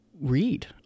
read